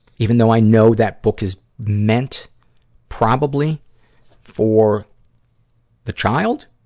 even though i know that book is meant probably for the child